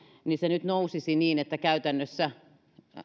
niin se nyt nousisi niin että käytännössä